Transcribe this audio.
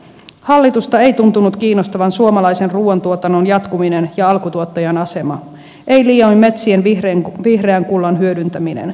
hallitusta ei tuntunut kiinnostavan suomalaisen ruuantuotannon jatkuminen ja alkutuottajan asema ei liioin metsien vihreän kullan hyödyntäminen